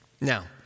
Now